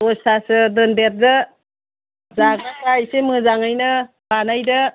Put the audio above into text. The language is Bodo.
दसतासो दोनदेरदो जाग्राफोरा एसे मोजाङैनो बानायदो